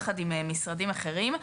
יחד עם משרדים אחרים.